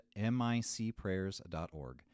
micprayers.org